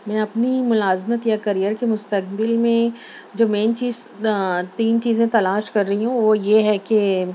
میں اپنی ملازمت یا کیریر کے مستقبل میں جو مین چیز تین چیزیں تلاش کر رہی ہوں وہ یہ ہے کہ